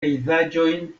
pejzaĝojn